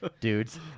dudes